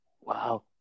Wow